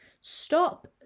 Stop